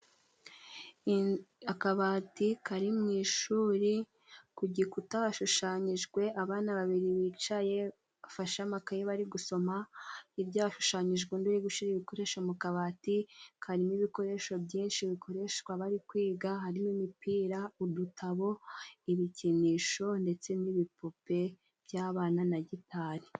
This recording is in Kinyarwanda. Akabati kari mu ishuri, ku gikuta hashushanyijwe abana babiri bicaye bafashe amakaye bari gusoma ibyashushanyijwe yo gushyira ibikoresho mu kabati karimo ibikoresho byinshi bikoreshwa bari kwiga harimo imipira udutabo ibikinisho ndetse n'ibipupe by'abana na gitari.